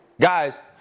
Guys